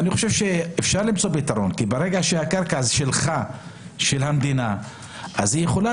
אפשר למצוא פתרון כי ברגע שהקרקע שלך היא של המדינה היא יכולה